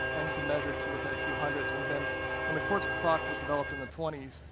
and you could measure to within a few hundredths, and then when the quartz clock was developed in the twenty s,